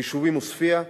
ביישובים עוספיא,